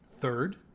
Third